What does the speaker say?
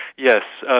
yes.